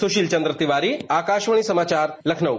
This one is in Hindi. सुशील चन्द्र तिवारी आकाशवाणी समाचार लखनऊ